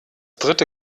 dritte